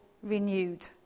renewed